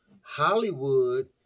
Hollywood